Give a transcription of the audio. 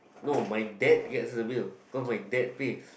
no my dad gets the bill cause my dad pays